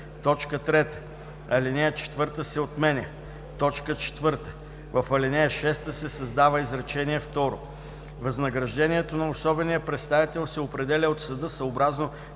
3. Алинея 4 се отменя. 4. В ал. 6 се създава изречение второ: „Възнаграждението на особения представител се определя от съда съобразно